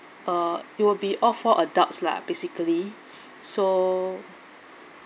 uh it will be all four adults lah basically so